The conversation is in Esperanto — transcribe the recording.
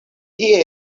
tie